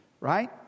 Right